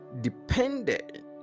depended